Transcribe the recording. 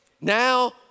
Now